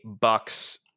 bucks